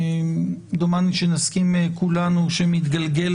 דומני שנסכים כולנו שמתגלגל